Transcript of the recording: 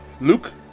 luke